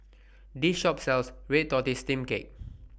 This Shop sells Red Tortoise Steamed Cake